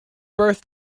birth